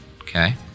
Okay